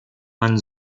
man